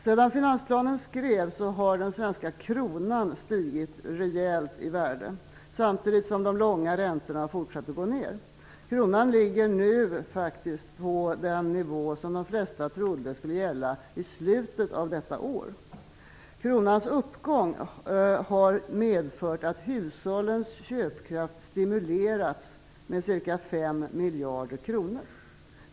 Sedan finansplanen skrevs har den svenska kronan stigit rejält i värde, samtidigt som de långa räntorna har fortsatt att gå ned. Kronan ligger faktiskt nu på den nivå som de flesta trodde skulle gälla i slutet av detta år. Kronans uppgång har medfört att hushållens köpkraft har stimulerats med ca 5 miljarder kronor.